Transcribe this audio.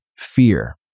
fear